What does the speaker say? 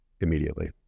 immediately